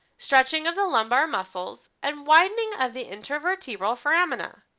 stretching of the lumbar muscles, and widening of the intervertebral foramina.